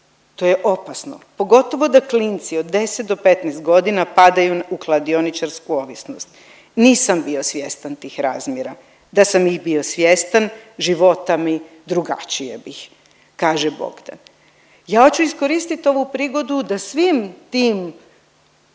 to je opasno, pogotovo da klinci od 10 do 15 godina padaju u kladioničarsku ovisnost. Nisam bio svjestan tih razmjera, da sam ih bio svjestan života mi drugačije bih, kaže Bogdan. Ja hoću iskoristiti ovu prigodu da svim tim